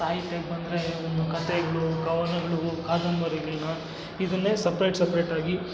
ಸಾಹಿತ್ಯಕ್ಕೆ ಬಂದರೆ ಇನ್ನೂ ಕಥೆಗಳು ಕವನಗಳು ಕಾದಂಬರಿಗಳನ್ನ ಇದನ್ನೇ ಸಪ್ರೇಟ್ ಸಪ್ರೇಟಾಗಿ